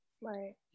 right